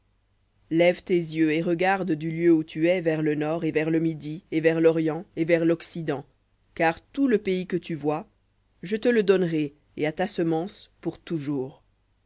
lève tes yeux et regarde du lieu où tu es vers le nord et vers le midi et vers l'orient et vers loccident car tout le pays que tu vois je te le donnerai et à ta semence pour toujours